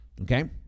okay